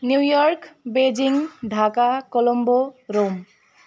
new York Beijing Dhaka Colombo Rome